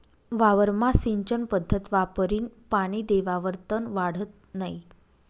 वावरमा सिंचन पध्दत वापरीन पानी देवावर तन वाढत नै